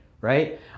right